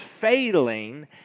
failing